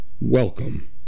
welcome